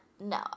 No